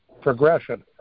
progression